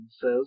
says